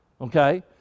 Okay